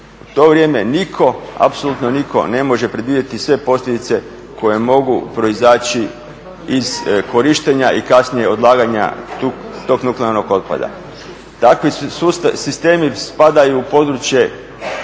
To vrijeme nitko, apsolutno nitko ne može predvidjeti sve posljedice koje mogu proizaći iz korištenja i kasnije odlaganja tog nuklearnog otpada. Takvi sistemi spadaju u područje